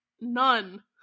none